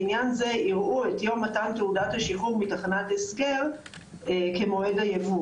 לעניין זה יראו את יום מתן תעודת השחרור מתחנת הסגר כמועד היבוא.